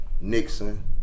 Nixon